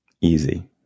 Easy